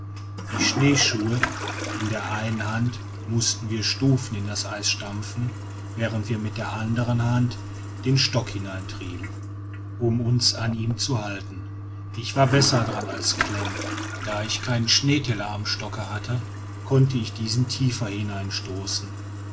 die schneeschuhe in der einen hand mußten wir stufen in das eis stampfen während wir mit der andern hand den stock hineintrieben um uns an ihm zu halten ich war besser dran als klem da ich keinen schneeteller am stocke hatte konnte ich diesen tiefer